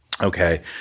Okay